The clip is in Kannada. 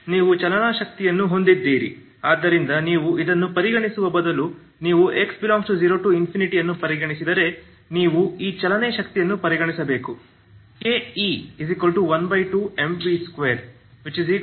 ನೀವು ಚಲನಾ ಶಕ್ತಿಯನ್ನು ಹೊಂದಿದ್ದೀರಿ ಆದ್ದರಿಂದ ನೀವು ಇದನ್ನು ಪರಿಗಣಿಸುವ ಬದಲು ನೀವು x∈0 ∞ ಅನ್ನು ಪರಿಗಣಿಸಿದರೆ ನೀವು ಈ ಚಲನ ಶಕ್ತಿಯನ್ನು ಪರಿಗಣಿಸಬೇಕು K